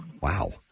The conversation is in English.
Wow